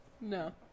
No